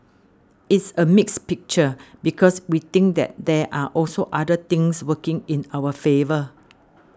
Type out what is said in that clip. it's a mixed picture because we think that there are also other things working in our favour